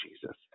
Jesus